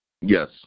Yes